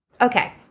Okay